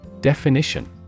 Definition